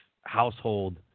household